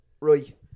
Right